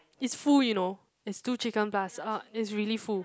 it's full you know it's two chicken plus uh it's really full